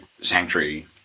Sanctuary